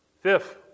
Fifth